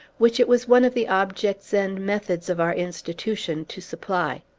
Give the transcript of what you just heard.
which it was one of the objects and methods of our institution to supply.